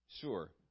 Sure